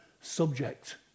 subject